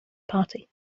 party